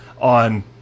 on